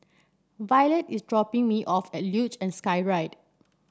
Violette is dropping me off at Luge and Skyride